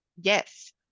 Yes